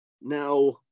Now